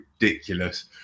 ridiculous